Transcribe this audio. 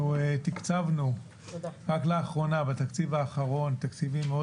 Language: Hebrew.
אנחנו תקצבנו רק לאחרונה בתקציב האחרון תקציבים מאוד